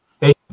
Hey